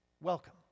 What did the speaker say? welcome